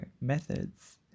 methods